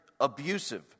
abusive